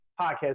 podcast